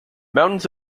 mountains